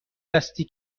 دستی